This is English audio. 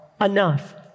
enough